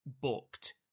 booked